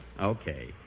Okay